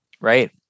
right